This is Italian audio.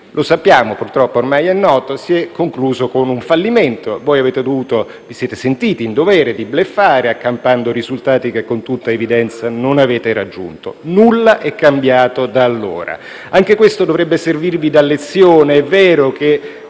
come purtroppo ormai è noto, si è concluso con un fallimento. Vi siete sentiti in dovere di bluffare, accampando risultati che, con tutta evidenza, non avete raggiunto. Nulla è cambiato da allora; anche questo dovrebbe servirvi da lezione. È vero che,